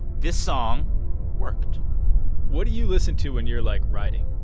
this song worked what do you listen to when you're, like, writing?